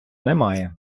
немає